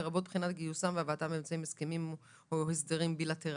לרבות בחינת גיוסם והבאתם באמצעות הסכמים או הסדרים בילטראליים?